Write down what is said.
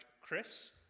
Chris